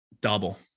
Double